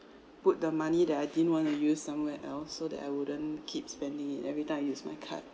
put the money that I didn't want to use somewhere else so that I wouldn't keep spending it every time I use my card